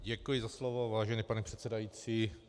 Děkuji za slovo, vážený pane předsedající.